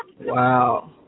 Wow